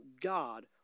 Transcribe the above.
God